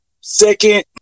Second